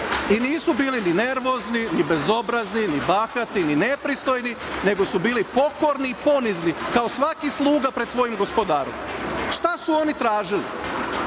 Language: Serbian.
i nisu bili ni nervozni, ni bezobrazni, ni bahati i nepristojni nego su bili pokorni i ponizni kao svaki sluga pred svojim gospodarom. Šta su oni tražili?